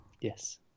Yes